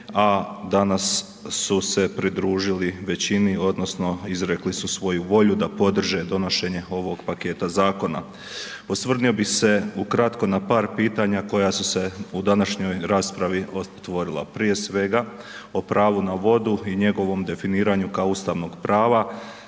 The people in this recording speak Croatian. a danas su se pridružili većini odnosno izrekli su svoju volju da podrže donošenje ovog paketa zakona. Osvrnuo bi se ukratko na par pitanja koja su se u današnjoj raspravi otvorila. Prije svega, o pravu na vodu i njegovom definiranju kao ustavnog prava